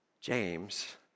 James